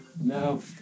No